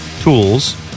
tools